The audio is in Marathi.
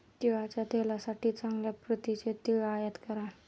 तिळाच्या तेलासाठी चांगल्या प्रतीचे तीळ आयात करा